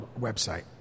website